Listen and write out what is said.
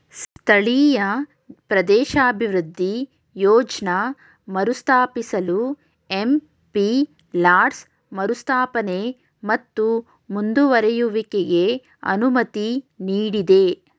ಸ್ಥಳೀಯ ಪ್ರದೇಶಾಭಿವೃದ್ಧಿ ಯೋಜ್ನ ಮರುಸ್ಥಾಪಿಸಲು ಎಂ.ಪಿ ಲಾಡ್ಸ್ ಮರುಸ್ಥಾಪನೆ ಮತ್ತು ಮುಂದುವರೆಯುವಿಕೆಗೆ ಅನುಮತಿ ನೀಡಿದೆ